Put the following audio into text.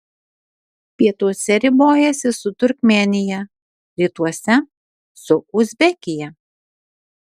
pietuose ribojasi su turkmėnija rytuose su uzbekija